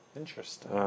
interesting